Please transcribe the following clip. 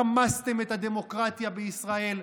רמסתם את הדמוקרטיה בישראל,